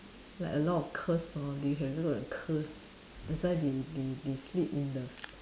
like a lot of curse hor they have a lot of curse that's why they they they sleep in the